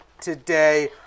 today